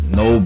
no